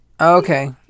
Okay